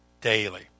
daily